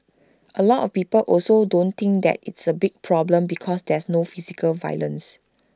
A lot of people also don't think that it's A big problem because there's no physical violence